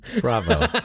bravo